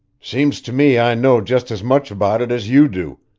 seems to me i know just as much about it as you do,